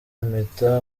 impeta